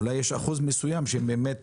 אולי יש שיעור מסוים של אנשים שהם באמת